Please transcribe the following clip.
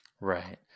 Right